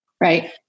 Right